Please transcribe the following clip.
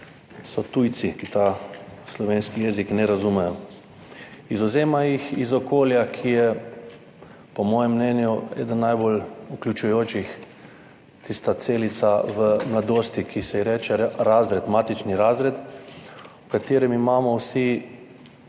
so tujci, ki tega slovenskega jezika ne razumejo. Izvzema jih iz okolja, ki je po mojem mnenju eden najbolj vključujočih, tista celica v mladosti, ki se ji reče razred, matični razred, v katerem imamo vsi